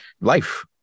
life